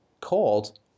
called